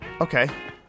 Okay